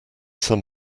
some